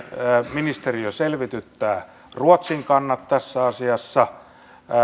ministeriö selvityttää ruotsin kannat tässä asiassa